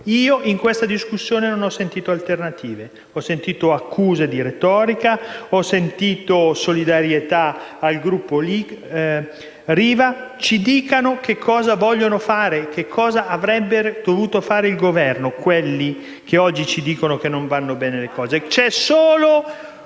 In questa discussione non ho sentito alternative; ho sentito accuse di retorica, ho sentito solidarietà al gruppo Riva. Ci dicano cosa vogliono fare e cosa avrebbe dovuto fare il Governo quelli che oggi ci dicono che le cose non